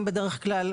למשל,